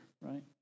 right